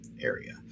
area